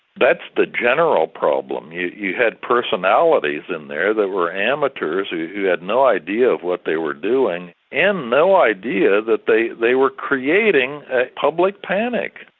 that's the general problem. you you had personalities in there that were amateurs who had no idea of what they were doing and no idea that they they were creating public panic.